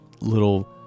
little